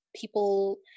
people